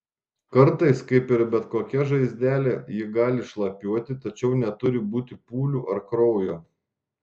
kartais kaip ir bet kokia žaizdelė ji gali šlapiuoti tačiau neturi būti pūlių ar kraujo